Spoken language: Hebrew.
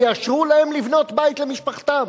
ויאשרו להם לבנות בית למשפחתם,